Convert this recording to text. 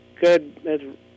good